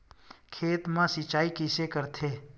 खेत मा सिंचाई कइसे करथे?